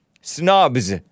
snobs